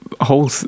whole